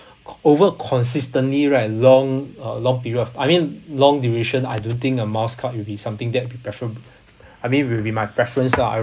over consistently right long uh long period of I mean long duration I don't think a miles card will be something that prefer~ I mean will be my preference lah I'll